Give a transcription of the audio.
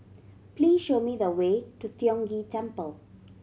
please show me the way to Tiong Ghee Temple